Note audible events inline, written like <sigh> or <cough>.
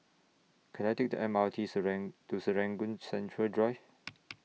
Can I Take The M R T <unintelligible> to Serangoon Central Drive